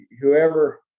whoever